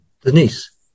Denise